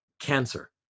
cancer